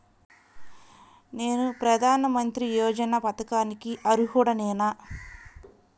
నేను ప్రధాని మంత్రి యోజన పథకానికి అర్హుడ నేన?